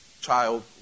child